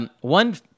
One